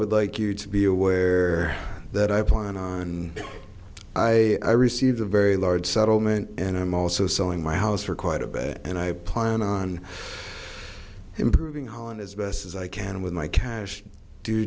would like you to be aware that i plan on i received a very large settlement and i'm also selling my house for quite a bit and i plan on improving holland as best as i can with my cash due